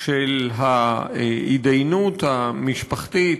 של ההידיינות המשפחתית,